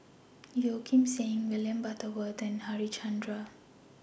Yeo Kim Seng William Butterworth and Harichandra